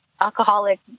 alcoholic